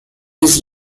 his